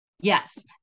Yes